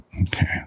Okay